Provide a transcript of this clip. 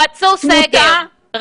רצו סגר.